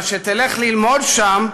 אבל כשתלך ללמוד שם,